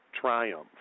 triumph